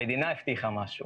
המדינה הבטיחה משהו.